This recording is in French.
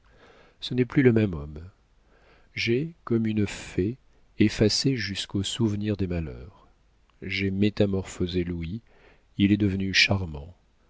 ce n'est plus le même homme j'ai comme une fée effacé jusqu'au souvenir des malheurs j'ai métamorphosé louis il est devenu charmant